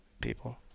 People